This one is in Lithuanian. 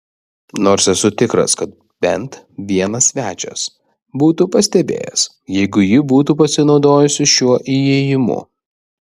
nors esu tikras kad bent vienas svečias būtų pastebėjęs jeigu ji būtų pasinaudojusi šiuo įėjimu